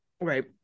Right